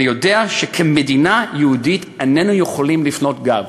אני יודע שכמדינה יהודית איננו יכולים להפנות גב,